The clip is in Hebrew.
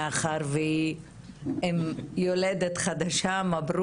ומה היו הדברים שעמדו בפנינו.